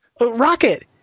rocket